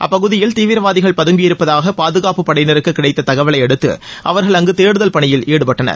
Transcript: அப்பகுதியில் தீவிரவாதிகள் பதங்கியிருப்பதாக பாதுகாப்புப்படையினருக்கு கிடைத்த தகவலை அடுத்து அவர்கள் அங்கு தேடுதல் பணியில் ஈடுப்பட்டனர்